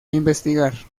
investigar